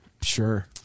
Sure